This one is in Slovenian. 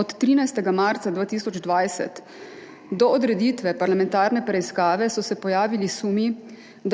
Od 13. marca 2020 do odreditve parlamentarne preiskave so se pojavili sumi,